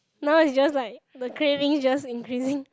now it's just like the cravings just increasing